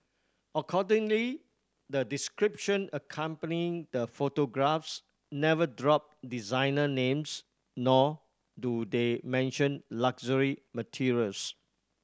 accordingly the description accompanying the photographs never drop designer names nor do they mention luxury materials